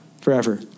forever